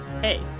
Hey